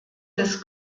des